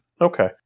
Okay